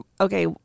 okay